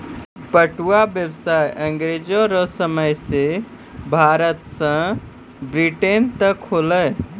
पटुआ व्यसाय अँग्रेजो रो समय से भारत से ब्रिटेन तक होलै